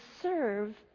serve